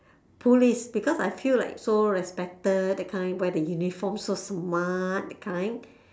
police because I feel like so respected that kind wear the uniform so smart that kind